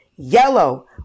Yellow